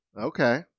Okay